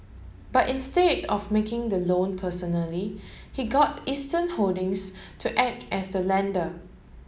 but instead of making the loan personally he got Eastern Holdings to act as the lender